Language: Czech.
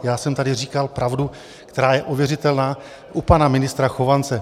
Já jsem tady říkal pravdu, která je ověřitelná u pana ministra Chovance.